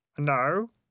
No